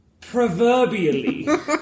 proverbially